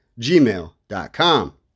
gmail.com